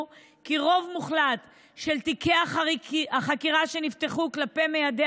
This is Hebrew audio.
כי רוב מוחלט של תיקי החקירה שנפתחו כלפי מיידי